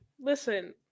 Listen